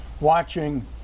watching